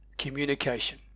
communication